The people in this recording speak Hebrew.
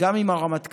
גם עם הרמטכ"ל,